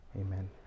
Amen